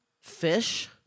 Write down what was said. fish